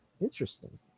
Interesting